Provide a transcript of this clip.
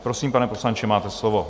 Prosím, pane poslanče, máte slovo.